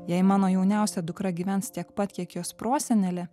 jei mano jauniausia dukra gyvens tiek pat kiek jos prosenelė